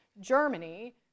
Germany